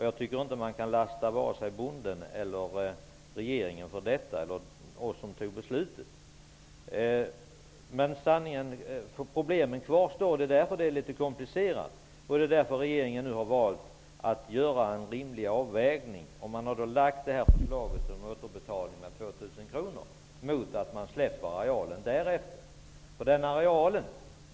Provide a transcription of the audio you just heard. Jag tycker inte att man kan lasta vare sig bonden, regeringen eller oss som fattat beslutet. Men problemen kvarstår. Det är därför situationen är litet komplicerad, och det är därför regeringen har valt att göra en rimlig avvägning. Regeringen har då lagt förslaget om återbetalning av 2 000 kr mot att arealen därefter släpps fri.